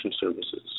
services